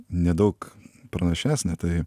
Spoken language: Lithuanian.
nedaug pranašesnė tai